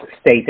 state